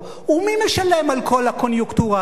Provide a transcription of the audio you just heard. ומי משלם על כל הקוניונקטורה הזאת?